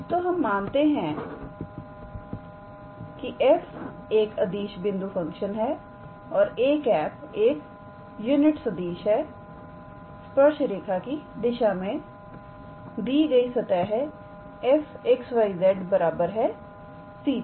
तो हम मानते हैं 𝑓𝑥 𝑦 𝑧 एक अदिश बिंदु फंक्शन है और 𝑎̂ एक यूनिट सदिश है स्पर्श रेखा की दिशा में दी गई सतह 𝑓𝑥 𝑦 𝑧 𝑐 पर